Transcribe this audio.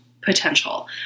potential